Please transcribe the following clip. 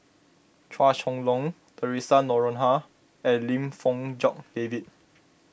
Chua Chong Long theresa Noronha and Lim Fong Jock David